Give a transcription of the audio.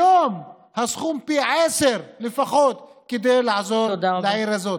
היום הסכום הוא פי עשרה לפחות כדי לעזור לעיר הזאת.